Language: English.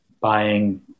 buying